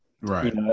Right